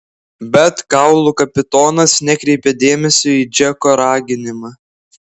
bet kaulų kapitonas nekreipė dėmesio į džeko raginimą